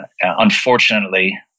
unfortunately